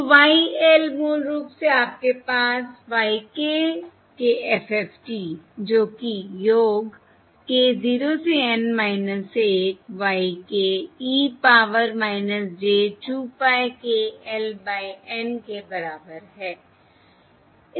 तो Y l मूल रूप से आपके पास y k के FFT जो कि योग k 0 से N 1 y k e power j 2 pie k l by N के बराबर है